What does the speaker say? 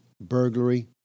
burglary